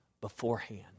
beforehand